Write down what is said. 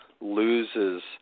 loses